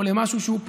או למשהו שהוא,